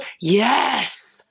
yes